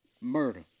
murder